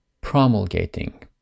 promulgating